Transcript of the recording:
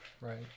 Right